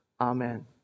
Amen